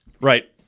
Right